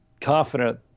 confident